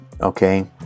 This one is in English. Okay